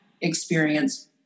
experience